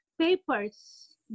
papers